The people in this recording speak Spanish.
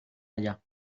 allá